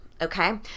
Okay